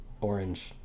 orange